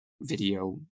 video